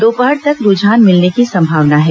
दोपहर तक रूझान मिलने की संभावना है